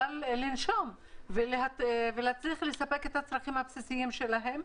אבל לנשום ולהצליח לספק את הצרכים הבסיסיים שלהם.